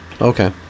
Okay